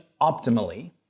optimally